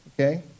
okay